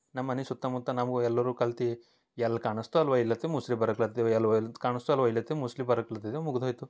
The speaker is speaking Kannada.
ನಮ್ ಮನೆ ಸುತ್ತಮುತ್ತ ನಾವು ಎಲ್ಲರು ಕಲ್ತಿ ಎಲ್ಲಿ ಕಾಣಸ್ತೊ ಅಲ್ಲಿ ಒಯ್ಲತ್ತಿ ಮುಸುರಿ ಬರಕ್ಲತ್ತಿ ಎಲ್ಲಿ ಒಯ್ಲತ್ತಿ ಕಾಣಸ್ತೋ ಅಲ್ಲಿ ಒಯ್ಲತ್ತಿ ಮುಸ್ಲಿ ಬರಕ್ಲತ್ತಿ ಮುಗ್ದ ಹೋಯಿತು